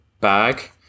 bag